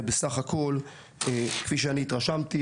וכפי שהתרשמתי,